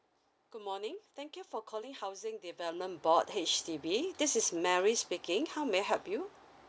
good morning thank you for calling housing development board H_D_B this is mary speaking how may I help you